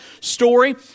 story